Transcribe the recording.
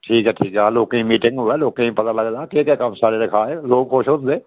ठीक ऐ ठीक ऐ लोकें दी मिटींग होऐ लोकें गी पता लगदा कम्म सारे दे रखाने लोक खुश होंदे